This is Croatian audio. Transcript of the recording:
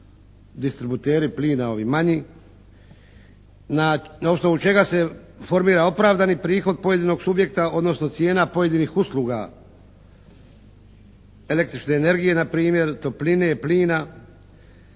na osnovu čega se formira opravdani prihod pojedinog subjekta odnosno cijena pojedinim usluga električne energije npr., topline, plina.